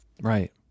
Right